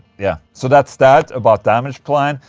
yeah, so that's that about damageplan.